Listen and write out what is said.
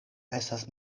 estas